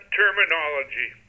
terminology